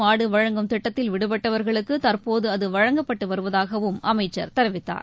மாடுவழங்கும் திட்டத்தில் விடுபட்டவர்களுக்குதற்போதுஅதுவழங்கப்பட்டுவருவதாகவும் அமைச்சர் தெரிவித்தார்